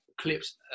Clips